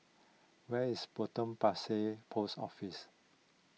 where is Potong Pasir Post Office